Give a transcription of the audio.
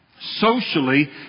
socially